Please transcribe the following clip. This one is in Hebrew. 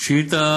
יש לך